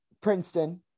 Princeton